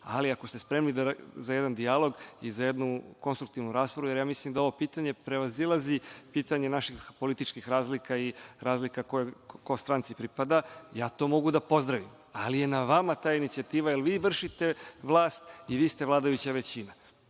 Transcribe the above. ali ako ste spremni za jedan dijalog i za jednu konstruktivnu raspravu, jer ja mislim da ovo pitanje prevazilazi pitanje naših političkih razlika i razlika ko kojoj stranci pripada, ja to mogu da pozdravim, ali je na vama ta inicijativa jer vi vršite vlast i vi ste vladajuća većina.